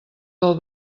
del